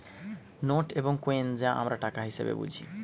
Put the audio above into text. note এবং coin যা আমরা টাকা হিসেবে বুঝি